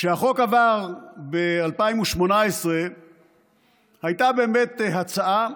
כשהחוק עבר ב-2018 הייתה באמת הצעה,